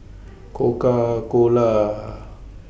Coca Cola